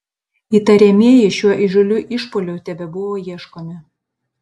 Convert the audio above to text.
įtariamieji šiuo įžūliu išpuoliu tebebuvo ieškomi